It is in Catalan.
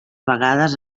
vegades